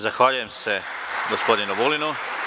Zahvaljujem se gospodinu Vulinu.